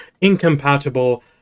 incompatible